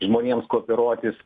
žmonėms kooperuotis